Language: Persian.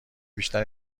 بیشتر